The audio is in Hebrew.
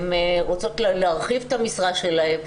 הן רוצות להרחיב את המשרה שלהן,